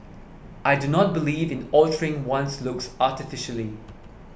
I do not believe in altering one's looks artificially